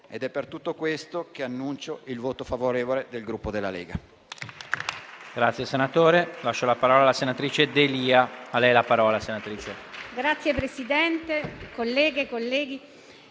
È per tutto questo che annuncio il voto favorevole del Gruppo Lega.